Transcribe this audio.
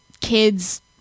kids